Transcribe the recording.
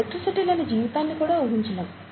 electricity లేని జీవితాన్ని కూడా ఊహించలేము